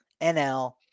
NL